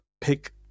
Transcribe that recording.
pick